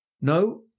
No